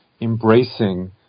embracing